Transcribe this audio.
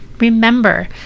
Remember